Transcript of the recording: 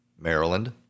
Maryland